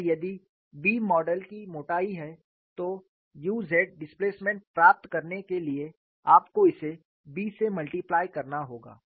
और यदि B model की मोटाई है तो u z डिस्प्लेसमेंट प्राप्त करने के लिए आपको इसे B से मल्टिप्लाय करना होगा